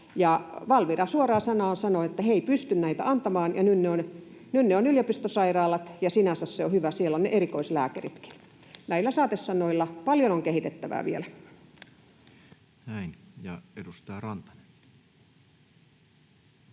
Valvira suoralla sanalla sanoi, että he eivät pysty näitä antamaan. Nyt ne ovat yliopistosairaalat, ja sinänsä se on hyvä, siellä on ne erikoislääkäritkin. Näillä saatesanoilla — paljon on kehitettävää vielä. [Speech 178] Speaker: